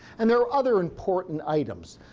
and there are other important items.